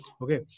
Okay